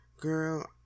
girl